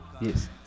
Yes